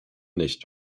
nicht